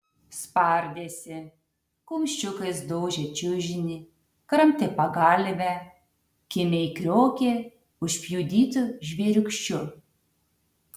spardėsi kumščiukais daužė čiužinį kramtė pagalvę kimiai kriokė užpjudytu žvėriūkščiu